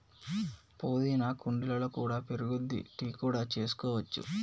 పుదీనా కుండీలలో కూడా పెరుగుద్ది, టీ కూడా చేసుకోవచ్చు